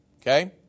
Okay